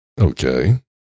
Okay